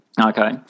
Okay